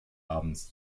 abends